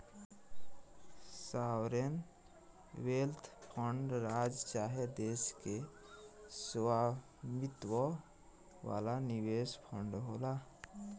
sovereign wealth fund राज्य चाहे देश के स्वामित्व वाला निवेश फंड होला